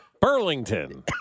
Burlington